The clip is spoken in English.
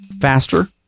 faster